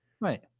Right